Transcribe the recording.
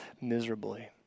miserably